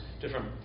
different